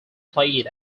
played